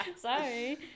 Sorry